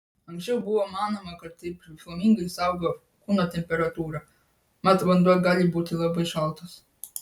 anksčiau buvo manoma kad taip flamingai saugo kūno temperatūrą mat vanduo gali būti labai šaltas